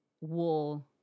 wool